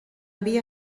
havia